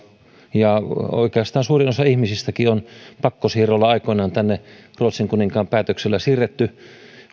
ja oikeastaan suurin osa ihmisistäkin on pakkosiirrolla aikoinaan tänne ruotsin kuninkaan päätöksellä siirretty